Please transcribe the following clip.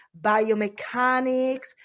biomechanics